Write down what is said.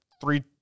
three-